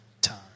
time